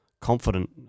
confident